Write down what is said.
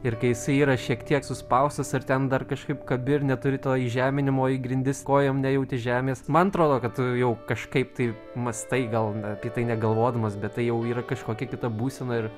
ir kai jisai yra šiek tiek suspaustas ar ten dar kažkaip kabi ir neturi to įžeminimo į grindis kojom nejauti žemės man atrodo kad tu jau kažkaip tai mąstai gal apie tai negalvodamas bet tai jau yra kažkokia kita būsena ir